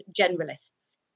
generalists